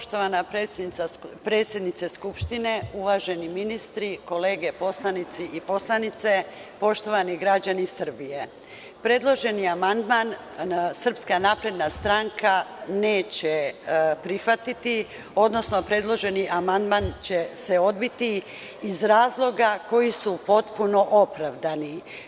Poštovana predsednice Skupštine, uvaženi ministri, kolege poslanici i poslanice, poštovani građani Srbije, predloženi amandman SNS neće prihvatiti, odnosno predloženi amandman će se odbiti iz razloga koji su potpuno opravdani.